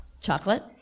Chocolate